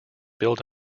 build